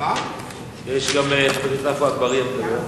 גם חבר הכנסת עפו אגבאריה מדבר.